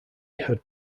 had